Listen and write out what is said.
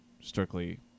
Strictly